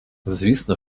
звісно